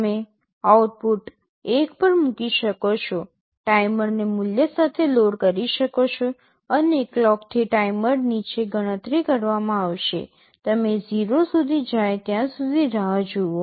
તમે આઉટપુટ 1 પર મૂકી શકો છો ટાઈમરને મૂલ્ય સાથે લોડ કરી શકો છો અને ક્લોકથી ટાઇમર નીચે ગણતરી કરવામાં આવશે તમે 0 સુધી જાય ત્યાં સુધી રાહ જુઓ